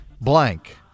blank